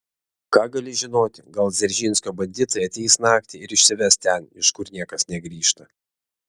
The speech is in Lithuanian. ką gali žinoti gal dzeržinskio banditai ateis naktį ir išsives ten iš kur niekas negrįžta